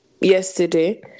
yesterday